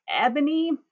Ebony